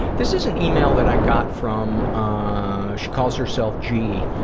this is an email that i got from ah she calls herself g.